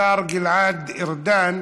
השר גלעד ארדן.